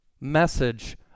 message